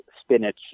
spinach